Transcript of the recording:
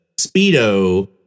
speedo